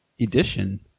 edition